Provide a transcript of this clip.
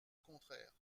contraire